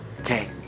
Okay